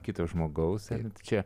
kito žmogaus sakant čia